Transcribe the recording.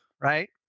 right